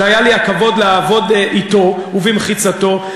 שהיה לי הכבוד לעבוד אתו ובמחיצתו,